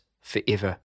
forever